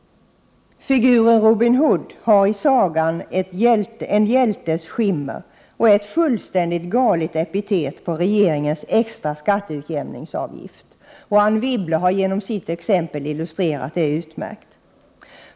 Figuren Robin Hood har i sagan en hjältes skimmer och är ett fullständigt galet epitet på regeringens extra skatteutjämningsavgift. Anne Wibble har genom sitt exempel illustrerat det på ett utmärkt sätt.